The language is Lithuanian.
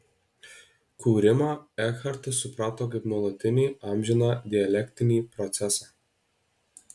kūrimą ekhartas suprato kaip nuolatinį amžiną dialektinį procesą